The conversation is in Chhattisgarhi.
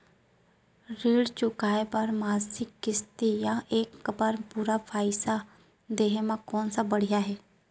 ऋण चुकोय बर मासिक किस्ती या एक बार म पूरा पइसा देहे म कोन ह बढ़िया हे?